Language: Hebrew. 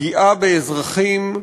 הפגיעה באזרחים,